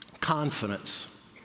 Confidence